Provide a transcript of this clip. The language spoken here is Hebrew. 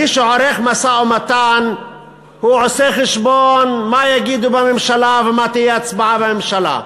מי שעורך משא-ומתן עושה חשבון מה יגידו בממשלה ומה תהיה ההצבעה בממשלה,